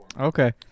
Okay